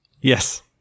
Yes